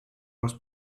was